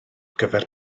gyfer